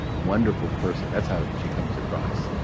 wonderful person. that's how she comes across,